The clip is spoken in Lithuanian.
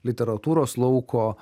literatūros lauko